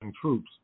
troops